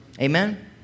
Amen